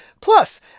Plus